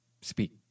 speak